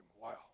wow